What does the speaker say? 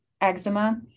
eczema